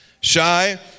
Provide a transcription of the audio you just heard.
shy